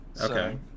Okay